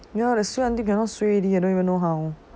ya they suay until cannot suay already leh don't even know how